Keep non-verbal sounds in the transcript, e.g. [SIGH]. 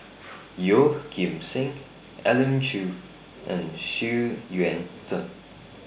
[NOISE] Yeoh Ghim Seng Elim Chew and Xu Yuan Zhen